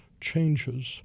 changes